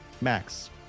Max